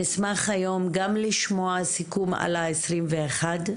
נשמח היום גם לשמוע סיכום על העשרים ואחד,